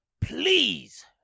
Please